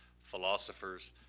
philosophers,